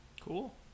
cool